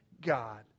God